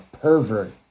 pervert